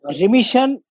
remission